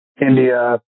India